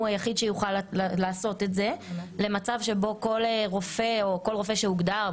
הוא היחיד שיוכל לעשות את זה למצב שבו כל רופא או כל רופא שהוגדר,